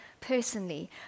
personally